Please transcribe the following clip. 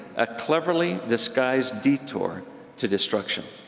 a cleverly disguised detour to destruction.